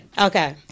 Okay